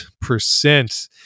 percent